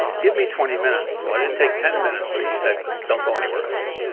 give me twenty minutes. so i didn't take ten minutes where he said, don't go anywhere else.